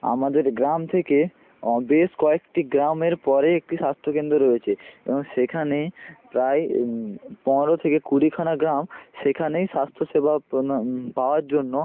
আমাদের গ্রাম থেকে অ বেশ কয়েকটি গ্রামের পরে একটি স্বাস্থ্যকেন্দ্র রয়েছে এবং সেখানে প্রায় পনেরো থেকে কুড়িখানা গ্রাম সেখানেই স্বাস্থ্যসেবা পাওয়ার জন্য